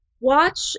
watch